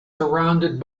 surrounded